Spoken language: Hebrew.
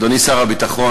אדוני שר הביטחון,